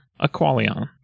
Aqualion